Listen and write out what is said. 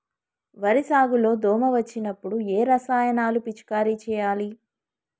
వరి సాగు లో దోమ వచ్చినప్పుడు ఏ రసాయనాలు పిచికారీ చేయాలి?